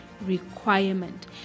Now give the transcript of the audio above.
requirement